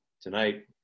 tonight